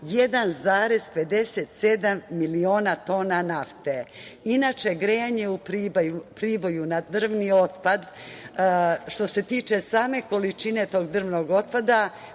1,57 miliona tona nafte. Inače, grejanje u Priboju na drvni otpad, što se tiče same količine tog drvnog otpada